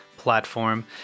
platform